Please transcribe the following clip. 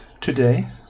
today